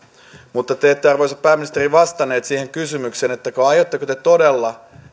mutta te ette arvoisa pääministeri vastannut siihen kysymykseen aiotteko te todella